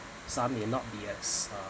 some may not be as uh